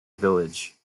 village